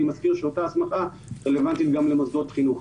אני מזכיר שאותה החלטה רלוונטית גם למוסדות חינוך.